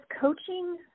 coaching